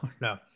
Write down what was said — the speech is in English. no